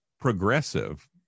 progressive